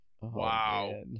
Wow